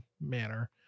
manner